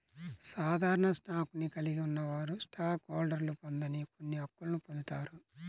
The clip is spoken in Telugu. సాధారణ స్టాక్ను కలిగి ఉన్నవారు స్టాక్ హోల్డర్లు పొందని కొన్ని హక్కులను పొందుతారు